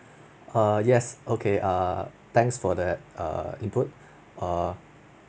err yes okay err thanks for the err input err